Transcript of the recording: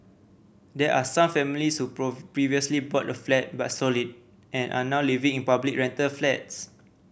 there are some families who previously bought a flat but sold it and are now living in public rental flats